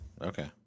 okay